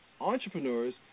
entrepreneurs